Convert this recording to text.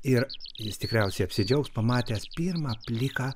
ir jis tikriausiai apsidžiaugs pamatęs pirmą pliką